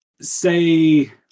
say